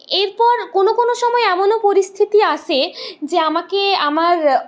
এর পর কোনো কোনো সময়ে এমনও পরিস্থিতি আসে যে আমাকে আমার